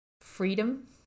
freedom